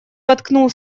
воткнул